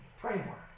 framework